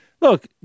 look